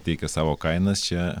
teikia savo kainas čia